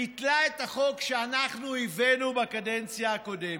ביטלה את החוק שאנחנו הבאנו בקדנציה הקודמת,